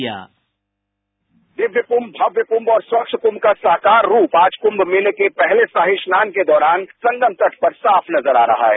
bite दिव्य कुंभ भव्य कुंभ और स्वच्छ कुंभ का साकार रूप आज कुंभ मेले के पहले शाही स्नान के दौरान संगम तट पर साफ नजर आ रहा है